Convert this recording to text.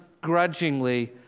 grudgingly